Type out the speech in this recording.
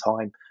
time